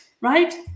right